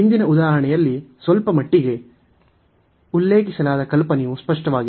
ಹಿಂದಿನ ಉದಾಹರಣೆಯಲ್ಲಿ ಸ್ವಲ್ಪಮಟ್ಟಿಗೆ ಉಲ್ಲೇಖಿಸಲಾದ ಕಲ್ಪನೆಯು ಸ್ಪಷ್ಟವಾಗಿದೆ